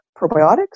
probiotics